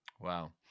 Wow